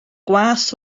gwas